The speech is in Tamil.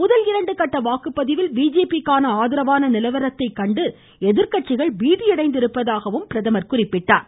முதல் இரண்டு கட்ட வாக்குப்பதிவில் பிஜேபிக்கான ஆதரவான நிலவரத்தை கண்டு எதிர்க்கட்சிகள் பீதியடைந்து இருப்பதாகவும் பிரதமர் குறிப்பிட்டார்